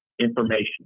information